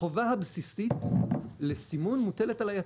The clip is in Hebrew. החובה הבסיסית לסימון מוטלת על היצרן.